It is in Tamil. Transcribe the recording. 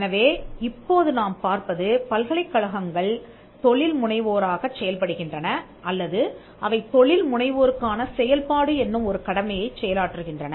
எனவே இப்போது நாம் பார்ப்பது பல்கலைக்கழகங்கள் தொழில் முனைவோராகச் செயல்படுகின்றன அல்லது அவை தொழில் முனைவோருக்கான செயல்பாடு என்னும் ஒரு கடமையைச் செயலாற்றுகின்றன